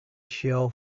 shell